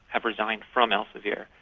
have resigned from elsevier.